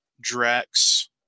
drax